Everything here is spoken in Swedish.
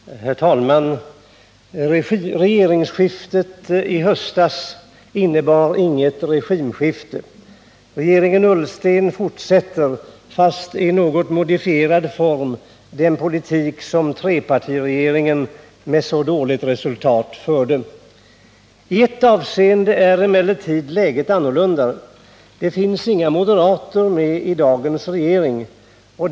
Herr talman! Regeringsskiftet i höstas innebar inget regimskifte. Regeringen Ullsten fortsätter, fastän i något modifierad form, den politik som trepartiregeringen med så dåligt resultat förde. I ett avseende är emellertid läget annorlunda: det finns inga moderater med i dagens regering.